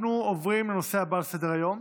אנחנו עוברים לנושא הבא על סדר-היום,